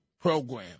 Program